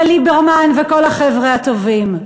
וליברמן וכל החבר'ה הטובים?